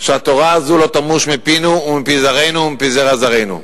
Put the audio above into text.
שהתורה הזאת לא תמוש מפינו ומפי זרענו ומפי זרע זרענו.